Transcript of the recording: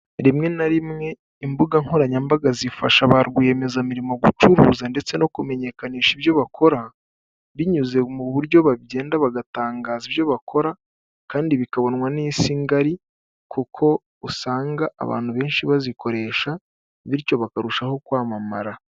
Rimwe na rimwe imbuga nkoranyambaga zifasha ba rwiyemezamirimo gucuruza ndetse no kumenyekanisha ibyo bakora binyuze mu buryo bagenda bagatangaza ibyo bakora kandi bikabonwa n'isi ngari kuko usanga abantu benshi bazikoresha bityo bakarushaho kwamamara.